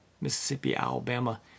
Mississippi-Alabama